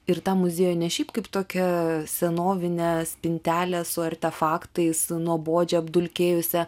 ir tą muziejų ne šiaip kaip tokią senovinę spintelę su artefaktais nuobodžią apdulkėjusią